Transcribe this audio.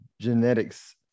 genetics